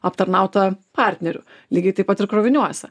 aptarnautą partnerių lygiai taip pat ir kroviniuose